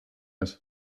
ist